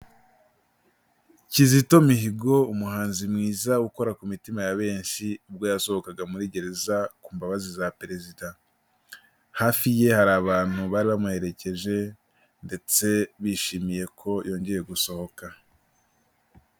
Kizito Mihigo umuhanzi mwiza ukora ku mitima ya benshi ubwo yasohokaga muri gereza ku mbabazi za Perezida, hafi ye hari abantu bari bamuherekeje ndetse bishimiye ko yongeye gusohoka.